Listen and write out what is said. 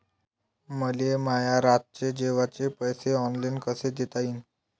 मले माया रातचे जेवाचे पैसे ऑनलाईन कसे देता येईन?